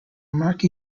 mark